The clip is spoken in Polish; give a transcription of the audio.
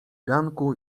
ganku